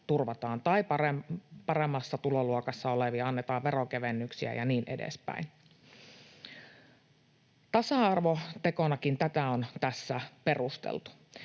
tai paremmassa tuloluokassa olevia, annetaan veronkevennyksiä ja niin edespäin. Tasa-arvotekonakin tätä on tässä perusteltu.